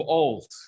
old